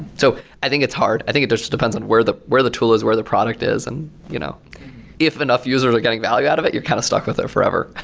so i think it's hard. i think it depends on where the where the tool is, where the product is. and you know if enough users are getting value out of it, you're kind of stuck with it forever.